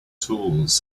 tools